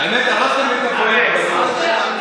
האמת, הרסתם לי את הפואנטה בנאום עכשיו.